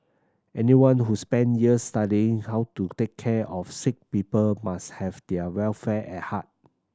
anyone who's spend year studying how to take care of sick people must have their welfare at heart